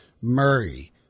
Murray